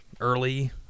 early